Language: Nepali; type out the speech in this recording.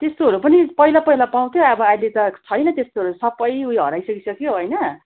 त्यस्तोहरू पनि पहिला पहिला पाउँथ्यो अब अहिले त छैन त्यस्तोहरू सबै उयो हराइ सकिसक्यो होइन